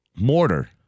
Mortar